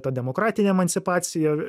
ta demokratinė emancipacija